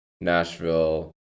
Nashville